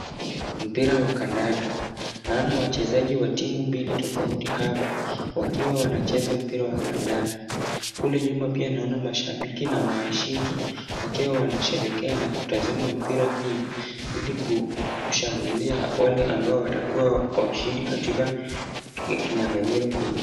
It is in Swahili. Mpira wa kandanda. Naona wachezaji wa timu mbili tofauti hapa, wakiwa wanacheza mpira wa kandanda. Kule nyuma pia naona mashabiki na mashiki wakiwa wanasherehekea na kutazama mpira hii. Ili kushangilia wale ambao watakuwa washindi katika kinyang'anyiro hiki.